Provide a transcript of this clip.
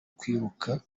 kwiruka